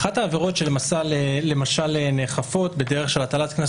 אחת העבירות שנאכפות בדרך של הטלת קנס